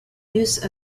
use